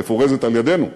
מפורזת על-ידינו,